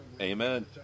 Amen